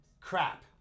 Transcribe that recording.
crap